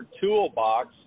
toolbox